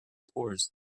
pours